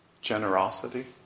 generosity